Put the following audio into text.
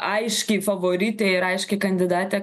aiški favoritė ir aiški kandidatė